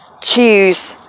choose